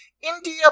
India